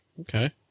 Okay